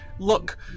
Look